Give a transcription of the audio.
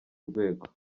rwego